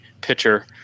pitcher